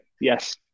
yes